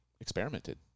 experimented